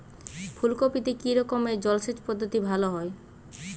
ফুলকপিতে কি রকমের জলসেচ পদ্ধতি ভালো হয়?